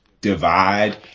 divide